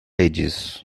ages